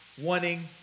wanting